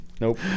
Nope